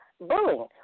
bullying